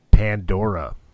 pandora